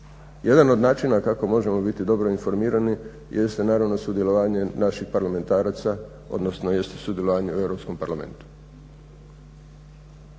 Jedan od načina kako možemo biti dobro informirani jeste naravno sudjelovanje naših parlamentaraca, odnosno jeste sudjelovanje u Europskom parlamentu.